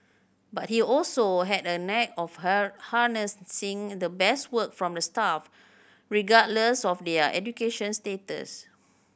but he also had a knack of her harnessing the best work from the staff regardless of their education status